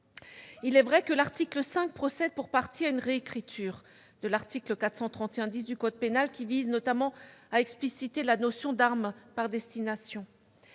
Il est vrai que l'article 5 procède pour partie à une réécriture de l'article 431-10 du code pénal, qui explicite notamment la notion d'arme par destination.